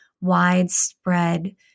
widespread